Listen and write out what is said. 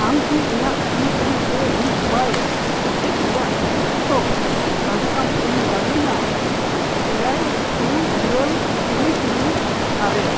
ᱟᱢ ᱠᱤ ᱤᱧᱟᱹᱜ ᱯᱤ ᱮᱢ ᱠᱮ ᱵᱷᱤ ᱣᱟᱭ ᱥᱮᱪᱮᱫ ᱨᱮᱱᱟᱜ ᱚᱠᱛᱚ ᱛᱟᱞᱤᱠᱟᱢ ᱮᱢ ᱫᱟᱲᱮᱭᱟᱹᱧᱟᱹ ᱮᱭᱟᱭ ᱯᱩᱱ ᱤᱨᱟᱹᱞ ᱛᱩᱨᱩᱭ ᱛᱩᱨᱩᱭ ᱟᱨᱮ